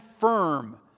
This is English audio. firm